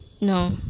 No